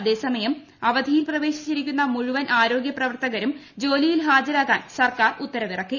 അതേസമയം അവധിയിൽ പ്രവേശിച്ചിരിക്കുന്ന മുഴുവൻ ആരോഗ്യ പ്രവർത്ത കരും ജോലിയിൽ ഹാജരാകാൻ സർക്കാർ ഉത്തരവിറക്കി